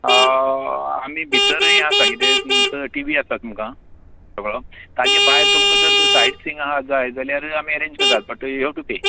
आमी भितर ये आसा किदें टी वी आसा तुमकां सगळो ताजे भायर तुमकां जर सायड सिंग आसा जाय जाल्यार आं अरंज करतात but you have to pay